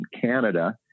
Canada